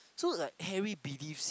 so like Harry believes